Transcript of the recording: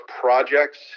projects